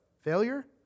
Failure